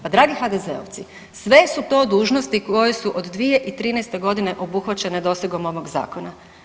Pa dragi HDZ-ovci, sve su to dužnosti koje su od 2013.g. obuhvaćene dosegom ovog zakona.